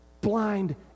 blind